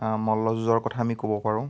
মল্লযুঁজৰ কথা আমি ক'ব পাৰোঁ